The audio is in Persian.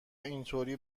اینطوری